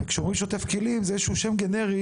אז כשאומרים שוטף כלים זה איזשהו שם גנרי